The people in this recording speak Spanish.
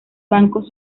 bancos